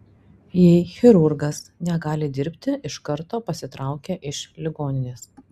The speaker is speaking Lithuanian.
jei chirurgas negali dirbti iš karto pasitraukia iš ligoninės